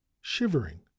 shivering